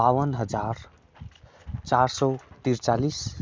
बाउन्न हजार चार सय त्रिचालिस